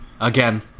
again